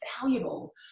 valuable